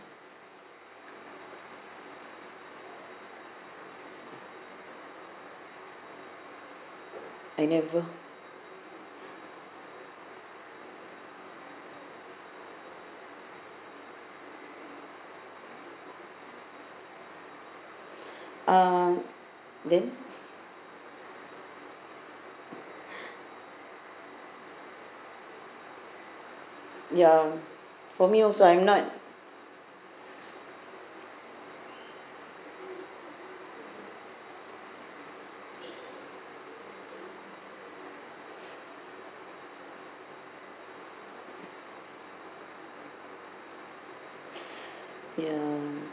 I never uh then ya for me also I'm not ya